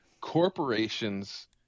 corporations